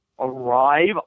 Arrive